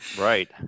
Right